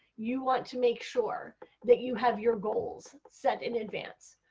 you want to make sure that you have your goals set in advance.